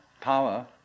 power